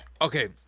Okay